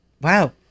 Wow